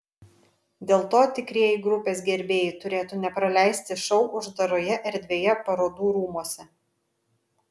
dėl to tikrieji grupės gerbėjai turėtų nepraleisti šou uždaroje erdvėje parodų rūmuose